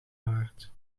haard